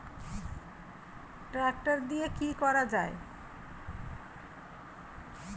Tractor দিয়ে কি করা যায়?